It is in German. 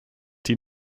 die